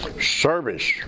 Service